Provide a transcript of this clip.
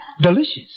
delicious